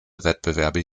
wettbewerbe